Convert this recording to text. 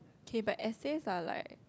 K but essays are like